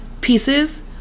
pieces